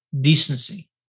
decency